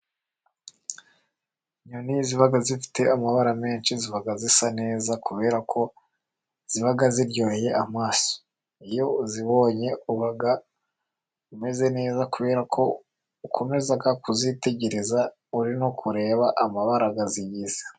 Inyoni ziba zifite amabara menshi ziba zisa neza, kubera ko ziba ziryoheye amaso. Iyo uzibonye uba umeze neza, kubera ko ukomeza kuzitegereza, uri no kureba amabara azigize.